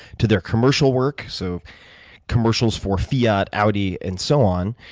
to their commercial work, so commercial for fiat, audi, and so on.